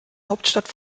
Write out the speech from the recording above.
hauptstadt